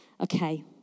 okay